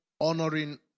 honoring